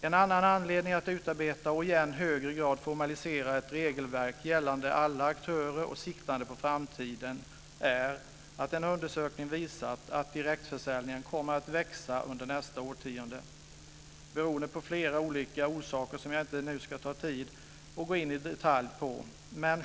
En annan anledning att utarbeta och i än högre grad formalisera ett regelverk gällande alla aktörer och siktande på framtiden är att en undersökning visat att direktförsäljningen, av flera orsaker som jag nu inte ska ta tid att i detalj gå in på, kommer att växa under nästa årtionde.